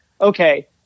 okay